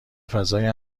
فضای